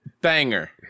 banger